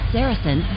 Saracen